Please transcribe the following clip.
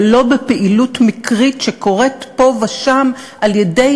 ולא בפעילות מקרית שקורית פה ושם על-ידי